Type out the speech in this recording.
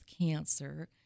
cancer